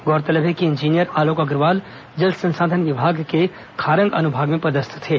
गौरतलब है कि इंजीनियर आलोक अग्रवाल जल संसाधन विभाग के खारंग अनुभाग में पदस्थ थे